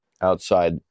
outside